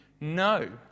no